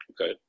Okay